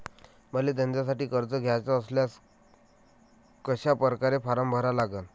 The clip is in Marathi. मले धंद्यासाठी कर्ज घ्याचे असल्यास कशा परकारे फारम भरा लागन?